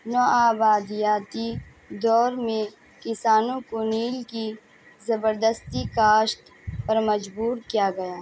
نو آبادیاتی دور میں کسانوں کو نیل کی زبردستی کاشت پر مجبور کیا گیا